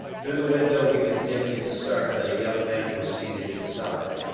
through the window we could dimly discern that a young man was seated inside.